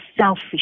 selfish